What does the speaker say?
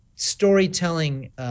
storytelling